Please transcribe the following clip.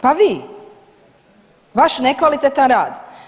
Pa vi, vaš nekvalitetan rad.